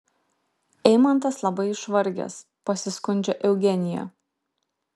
eimantas labai išvargęs pasiskundžia eugenija